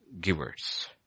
givers